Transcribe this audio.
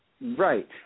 right